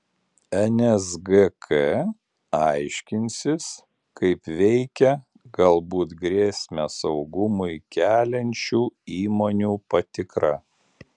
nsgk aiškinsis kaip veikia galbūt grėsmę saugumui keliančių įmonių patikra